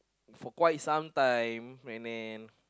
for quite some time my name